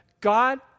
God